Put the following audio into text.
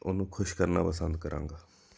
ਉਹਨੂੰ ਖੁਸ਼ ਕਰਨਾ ਪਸੰਦ ਕਰਾਂਗਾ